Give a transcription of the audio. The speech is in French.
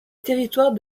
territoire